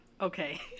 Okay